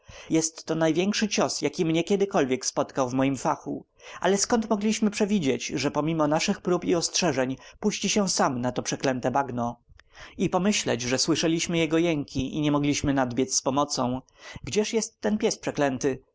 jest to największy cios jaki mnie kiedykolwiek spotkał w moim fachu ale skąd mogliśmy przewidzieć że pomimo naszych próśb i ostrzeżeń puści się sam na to przeklęte bagno i pomyśleć że słyszeliśmy jego jęki i nie mogliśmy nadbiedz mu z pomocą gdzież jest ten pies przeklęty